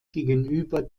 gegenüber